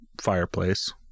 Fireplace